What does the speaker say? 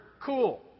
cool